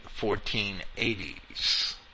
1480s